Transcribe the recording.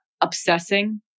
obsessing